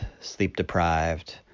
sleep-deprived